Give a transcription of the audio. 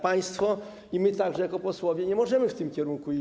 Państwo i my jako posłowie nie możemy w tym kierunku iść.